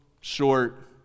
short